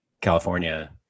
california